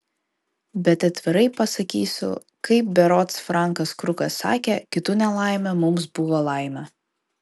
bet atvirai pasakysiu kaip berods frankas krukas sakė kitų nelaimė mums buvo laimė